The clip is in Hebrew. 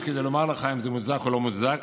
כדי לומר לך אם זה מוצדק או לא מוצדק.